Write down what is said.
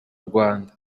rwanda